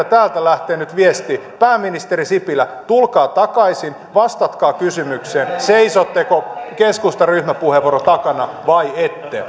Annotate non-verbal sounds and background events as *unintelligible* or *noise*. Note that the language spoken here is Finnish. *unintelligible* täältä lähtee nyt viesti pääministeri sipilä tulkaa takaisin vastatkaa kysymykseen seisotteko keskustan ryhmäpuheenvuoron takana vai ette